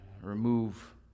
remove